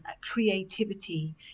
creativity